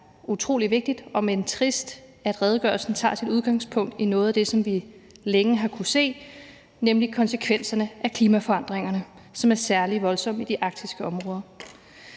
det er utrolig vigtigt, omend trist, at redegørelsen tager sit udgangspunkt i noget af det, som vi længe har kunnet se, nemlig konsekvenserne af klimaforandringerne, som er særlig voldsomme i de arktiske områder.